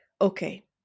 Okay